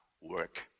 work